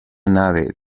nave